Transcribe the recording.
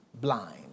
blind